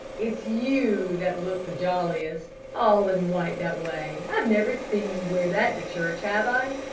it's you that look the jolliest! all in white that way! i've never seen you wear that to church, have i?